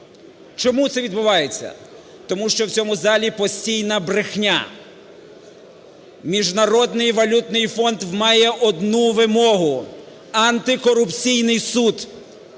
Чому це відбувається? Тому що в цьому залі постійна брехня. Міжнародний валютний фонд має одну вимогу – антикорупційний суд,